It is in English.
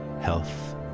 health